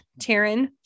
Taryn